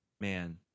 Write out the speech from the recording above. Man